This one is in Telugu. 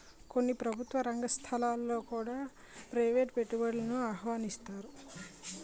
కొన్ని ప్రభుత్వ రంగ సంస్థలలో కూడా ప్రైవేటు పెట్టుబడులను ఆహ్వానిస్తన్నారు